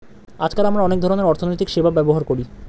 আজকাল আমরা অনেক ধরনের অর্থনৈতিক সেবা ব্যবহার করি